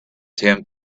tim